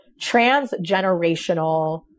transgenerational